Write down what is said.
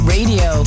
Radio